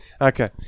Okay